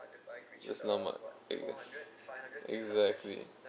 just not my thing exactly